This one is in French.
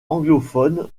anglophone